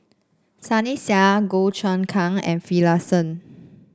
Sunny Sia Goh Choon Kang and Finlayson